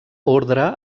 ordre